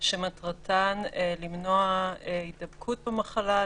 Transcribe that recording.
שמטרתן למנוע הידבקות במחלה,